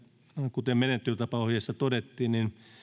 kuten menettelytapaohjeessa todettiin